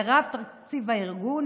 רוב תקציב הארגון,